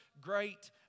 Great